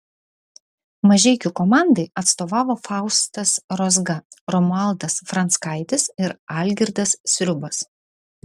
mažeikių komandai atstovavo faustas rozga romualdas franckaitis ir algirdas sriubas